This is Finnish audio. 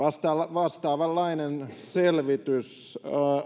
vastaavanlainen selvitys